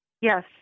Yes